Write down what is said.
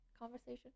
conversation